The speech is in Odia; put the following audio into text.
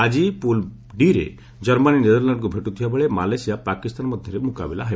ଆକି ପୁଲ ଡି ରେ ଜର୍ମାନୀ ନେଦରଲାଣ୍ଡକୁ ଭେଟୁଥିବାବେଳେ ମାଲେସିଆ ପାକିସ୍ତାନ ମଧ୍ଧରେ ମୁକାବିଲା ହେବ